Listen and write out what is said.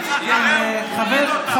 אתה יכול להגיד לו שאני רוצה להגיד משהו חשוב?